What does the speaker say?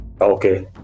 okay